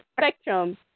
spectrum